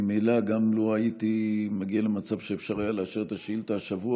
ממילא גם לו הייתי מגיע למצב שאפשר היה לאשר את השאילתה השבוע,